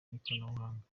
n’ikoranabuhanga